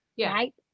right